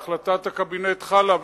או החלטת הקבינט חלה,